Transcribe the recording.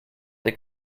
des